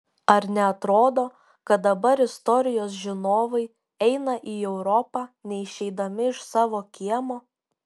ar neatrodo kad dabar istorijos žinovai eina į europą neišeidami iš savo kiemo